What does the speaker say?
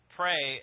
pray